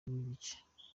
nigice